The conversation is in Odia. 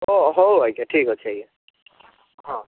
ହଉ ହଉ ଆଜ୍ଞା ଠିକ୍ ଅଛି ଆଜ୍ଞା ହଁ